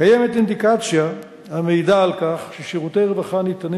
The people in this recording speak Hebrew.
קיימת אינדיקציה המעידה ששירותי רווחה הניתנים